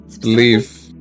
Leave